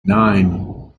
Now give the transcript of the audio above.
nine